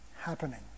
happening